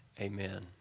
Amen